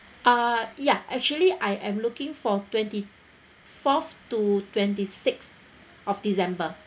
uh ya actually I am looking for twenty fourth to twenty sixth of december